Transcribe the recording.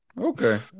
okay